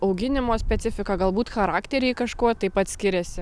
auginimo specifika galbūt charakteriai kažkuo taip pat skiriasi